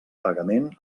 pagament